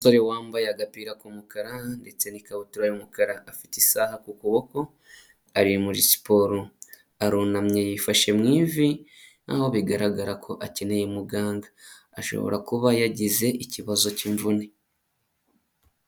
Umusore wambaye agapira k'umukara ndetse n'ikabutura y'umukara, afite isaha ku kuboko, ari muri siporo, arunamye yifashe mu ivi nk'aho bigaragara ko akeneye muganga, ashobora kuba yagize ikibazo cy'imvune.